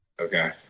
Okay